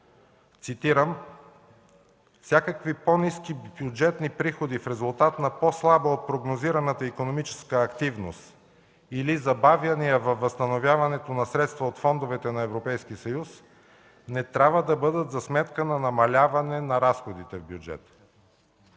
Цитирам: „Всякакви по-ниски бюджетни приходи в резултат на по слаба от прогнозираната икономическа активност или забавяния във възстановяването на средства от фондовете на Европейския съюз, не трябва да бъдат за сметка на намаляване на разходите в бюджета.”